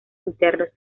internos